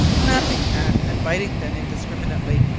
snapping at and biting them indiscriminately,